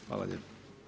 Hvala lijepo.